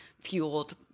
fueled